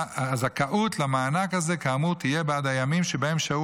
הזכאות למענק הזה כאמור תהיה בעד הימים שבהם שהו